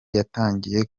yatangiye